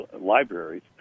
libraries